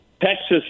Texas